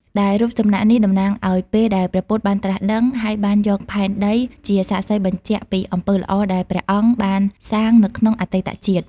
ដែលរូបសំណាកនេះតំណាងឱ្យពេលដែលព្រះពុទ្ធបានត្រាស់ដឹង ហើយបានយកផែនដីជាសាក្សីបញ្ជាក់ពីអំពើល្អដែលព្រះអង្គបានសាងនៅក្នុងអតីតជាតិ។